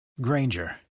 Granger